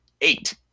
eight